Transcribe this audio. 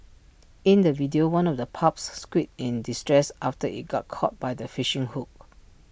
in the video one of the pups squeaked in distress after IT got caught by the fishing hook